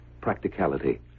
practicality